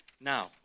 Now